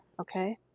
okay